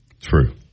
True